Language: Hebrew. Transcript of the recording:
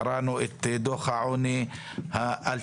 קראנו את דוח העוני האלטרנטיבי,